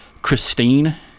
Christine